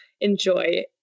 enjoy